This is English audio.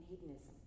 hedonism